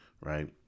right